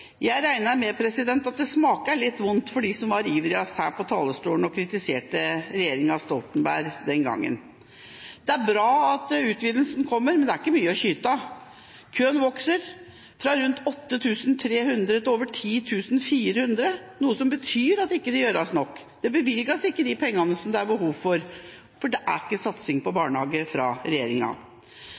Jeg regner med at det smaker litt vondt for dem som var ivrigst her på talerstolen og kritiserte regjeringa Stoltenberg den gangen. Det er bra at utvidelsen kommer, men det er ikke mye å kyte av. Køen vokser – fra rundt 8 300 til over 10 400 – noe som betyr at det ikke gjøres nok. Man bevilger ikke de pengene det er behov for, for det er ingen satsing på barnehage fra regjeringa.